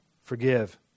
forgive